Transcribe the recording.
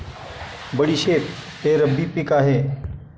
बडीशेप हे रब्बी पिक आहे